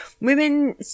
women